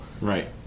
right